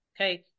Okay